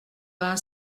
vingt